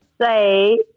say